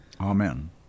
Amen